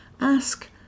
Ask